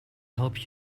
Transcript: help